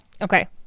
Okay